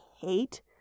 hate